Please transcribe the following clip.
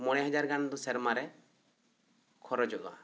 ᱢᱚᱬᱮ ᱦᱟᱡᱟᱨ ᱜᱟᱱ ᱫᱚ ᱥᱮᱨᱢᱟ ᱨᱮ ᱠᱷᱚᱨᱚᱪᱚᱜ ᱟ